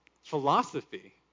philosophy